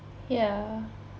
ya